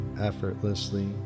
effortlessly